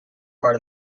part